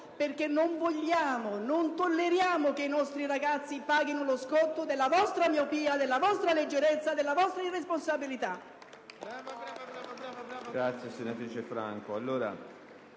perché non vogliamo e non tolleriamo che i nostri ragazzi paghino lo scotto della vostra miopia, della vostra leggerezza e della vostra irresponsabilità.